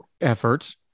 efforts